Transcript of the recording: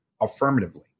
affirmatively